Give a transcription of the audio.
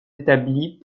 établies